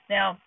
Now